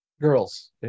girls